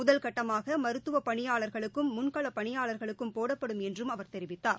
முதல்கட்டமாக மருத்துவ பணியாளா்களுக்கும் முன்களப் பணியாளா்களுக்கும் போடப்படும் என்றும் அவர் தெரிவித்தார்